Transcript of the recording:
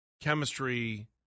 chemistry